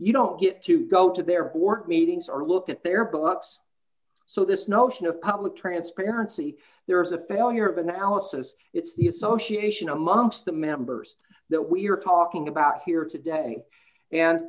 you don't get to go to their board meetings or look at their books so this notion of public transparency there is a failure of analysis it's the association amongst the members that we're talking about here today and